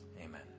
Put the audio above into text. Amen